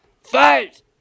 fight